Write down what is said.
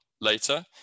later